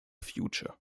future